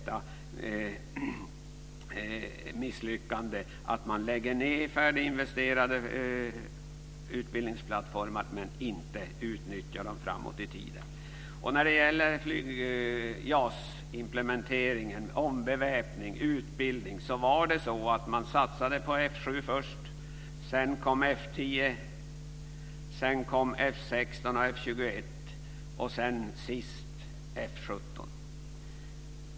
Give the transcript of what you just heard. Jag avser då misslyckandet med att lägga ned färdiginvesterade utbildningsplattformar och inte utnyttja dem framåt i tiden. När det gäller JAS-implementeringen, ombeväpning och utbildning, satsade man först på F 7. Sedan kom F 10 och därefter F 16 och F 21. Sist kom F 17.